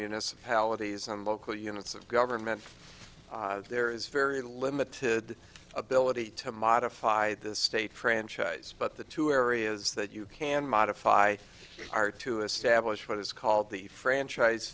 municipalities and local units of government there is very limited ability to modify the state franchise but the two areas that you can modify are to establish what is called the franchise